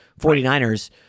49ers